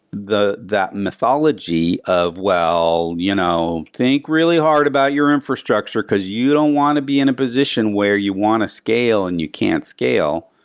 that mythology of well, you know think really hard about your infrastructure, because you don't want to be in a position where you want to scale and you can't scale.